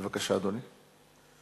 בבקשה, אדוני.